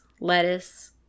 lettuce